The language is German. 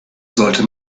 sollte